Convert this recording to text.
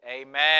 Amen